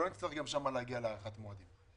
אז שלא נצטרך גם שם להגיע להארכת מועדים.